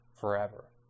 forever